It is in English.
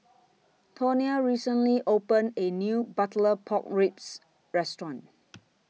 Tonia recently opened A New Butter Pork Ribs Restaurant